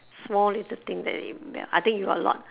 small little thing that you rebel I think you got a lot